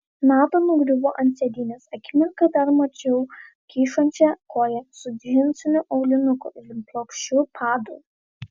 nata nugriuvo ant sėdynės akimirką dar mačiau kyšančią koją su džinsiniu aulinuku ir plokščiu padu